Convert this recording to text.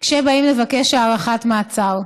כשבאים לבקש הארכת מעצר.